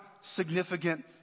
significant